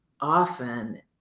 often